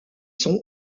son